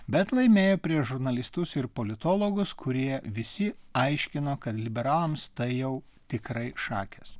bet laimėjo prieš žurnalistus ir politologus kurie visi aiškino kad liberalams tai jau tikrai šakės